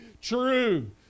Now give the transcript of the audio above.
true